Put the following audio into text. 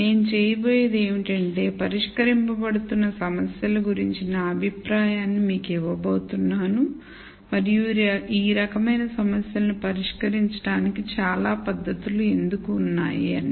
నేను చేయబోయేది ఏమిటంటే పరిష్కరించబడుతున్న సమస్యల గురించి నా అభిప్రాయాన్ని మీకు ఇవ్వబోతున్నాను మరియు ఈ రకమైన సమస్యలను పరిష్కరించడానికి చాలా పద్ధతులు ఎందుకు ఉన్నాయి అని